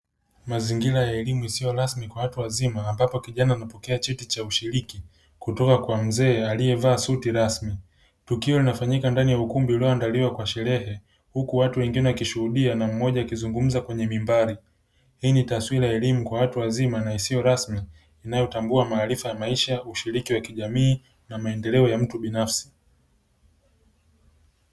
Mazingira ya elimu isiyo rasmi kwa watu wazima ambapo kijana anapokea cheti cha ushiriki kutoka kwa mzee aliyevaa suti rasmi tukio linafanyika ndani ya ukumbi ulioandaliwa kwa sherehe huku mmoja akishuhudia na wengine wakizungumza kwenye mimbari hii ni taswira ya elimu ya watu wazima isiyo rasmi inayotambua maarifa ya maisha ushiriki wa kijamii na maendeleo ya mtu binafsi.